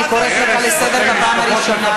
אני קוראת אותך לסדר פעם ראשונה.